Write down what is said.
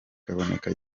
kaboneka